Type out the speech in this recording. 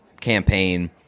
campaign